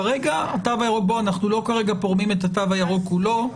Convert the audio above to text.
בואו, אנחנו לא כרגע פורמים את התו הירוק כולו,